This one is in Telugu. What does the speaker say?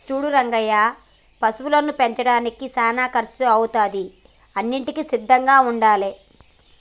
సూడు రంగయ్య పశువులను పెంచడానికి సానా కర్సు అవుతాది అన్నింటికీ సిద్ధంగా ఉండాలే